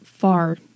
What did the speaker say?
far